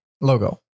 logo